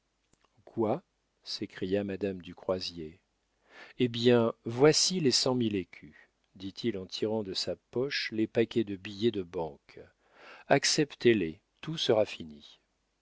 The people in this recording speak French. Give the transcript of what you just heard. quoi s'écria madame du croisier hé bien voici les cent mille écus dit-il en tirant de sa poche les paquets de billets de banque acceptez les tout sera fini